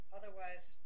otherwise